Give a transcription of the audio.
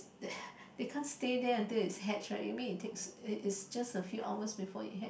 they can't stay there until it hatch right you mean it takes it it is just a few hours before it hatch